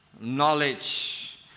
knowledge